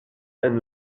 and